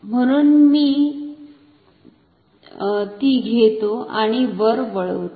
म्हणुन मी ती घेतो आणि वर वळवतो